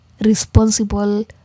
responsible